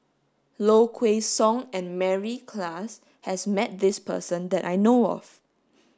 Low Kway Song and Mary Klass has met this person that I know of